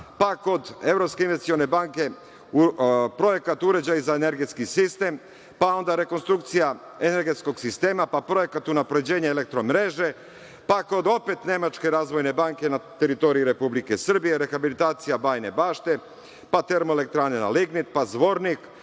pa kod Evropske investicione banke projekat - uređaj za energetski sistem, pa onda rekonstrukcija energetskog sistema, pa projekat unapređenja „Elektromreže“, pa kod opet Nemačke razvojne banke na teritoriji Republike Srbije - rehabilitacija Bajine Bašte, pa termoelektrane na lignit, pa Zvornik,